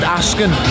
asking